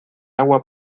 agua